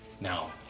Now